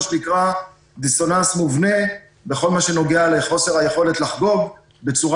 שנקרא דיסוננס מובנה בכל מה שנוגע לחוסר היכולת לחגוג בצורה